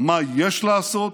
מה יש לעשות